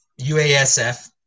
UASF